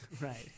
Right